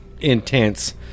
intense